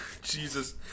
Jesus